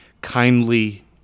kindly